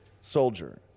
soldier